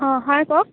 অঁ হয় কওক